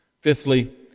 Fifthly